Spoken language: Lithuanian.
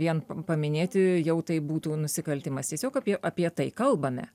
vien paminėti jau tai būtų nusikaltimas tiesiog apie apie tai kalbame